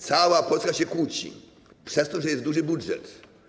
Cała Polska się kłóci przez to, że jest duży budżet.